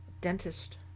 dentist